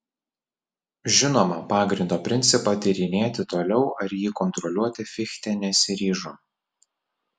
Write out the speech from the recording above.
žinoma pagrindo principą tyrinėti toliau ar jį kontroliuoti fichte nesiryžo